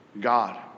God